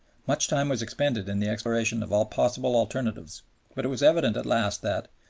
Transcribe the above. much time was expended in the exploration of all possible alternatives but it was evident at last that,